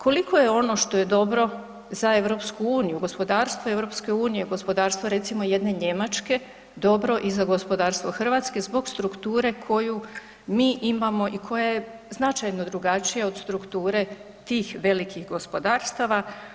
Koliko je ono što je dobro za EU, gospodarstvo EU, gospodarstvo recimo jedne Njemačke, dobro i za gospodarstvo Hrvatske zbog strukture koju mi imamo i koja je značajno drugačija od strukture tih velikih gospodarstava?